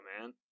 man